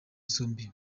zombi